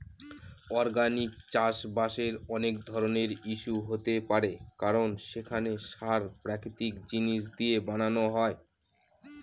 organic চাষবাসের অনেক ধরনের ইস্যু হতে পারে কারণ সেখানে সার প্রাকৃতিক জিনিস দিয়ে বানানো হয়